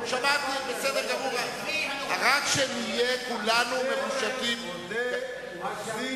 מסע הרכש המשיך עכשיו למפלגת העבודה, שהפליא